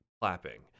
clapping